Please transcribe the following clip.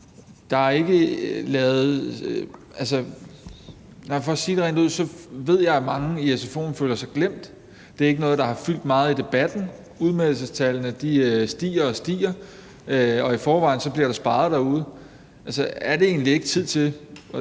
meget SF's ansvar. Men for at sige det rent ud ved jeg at mange i sfo'en føler sig glemt. Det er ikke noget, der har fyldt meget i debatten. Udmeldestallene stiger og stiger, og i forvejen bliver der sparet derude. Er det egentlig ikke tid til,